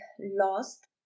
lost